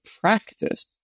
practice